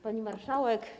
Pani Marszałek!